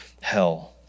hell